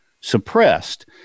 suppressed